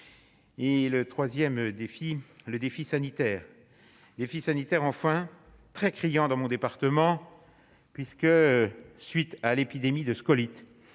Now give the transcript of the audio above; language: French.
Et le 3ème défi, le défi sanitaire et phytosanitaire, enfin très criant dans mon département, puisque suite à l'épidémie de scolytes